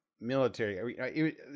military